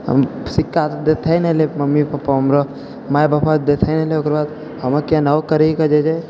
हम सिक्का दैते नहि रहै मम्मी पप्पा हमरा माइ पप्पा दैते रहै नहिए ओकरो बाद हम केनाहुँ करिकऽ जे छै